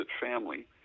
family